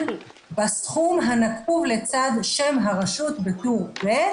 בסכום הנקוב לצד שם הרשות בטור ב',